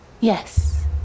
Yes